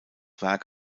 werk